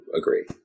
agree